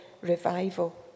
revival